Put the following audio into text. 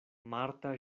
marta